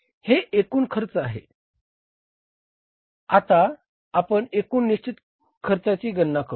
हे एकूण चल खर्च आहे आता आपण एकूण निश्चित खर्चाची गणना करुया